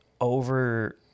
over